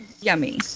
yummy